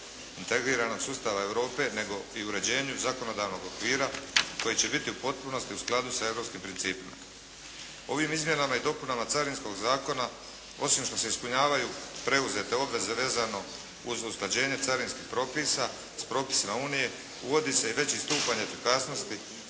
integriranog sustava Europe nego i uređenju zakonodavnog okvira koji će biti u potpunosti u skladu sa europskim principima. Ovim izmjenama i dopunama Carinskog zakona osim što se ispunjavaju preuzete obveze vezano uz usklađenje carinskih propisa s propisima Unije uvodi se i veći stupanj efikasnosti